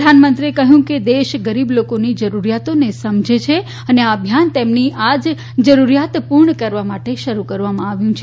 પ્રધાનમંત્રીએ કહ્યું કે દેશ ગરીબ લોકોની જરૂરિયાતોને સમજે છે અને આ અભિયાન તેમની આજ જરૂરિયાતપૂર્ણ કરવા માટે શરૂ કરવામાં આવ્યું છે